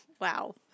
Wow